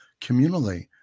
communally